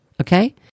Okay